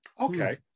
Okay